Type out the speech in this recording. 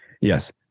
yes